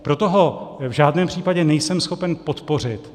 Proto ho v žádném případě nejsem schopen podpořit.